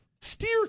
Steer